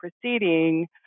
proceeding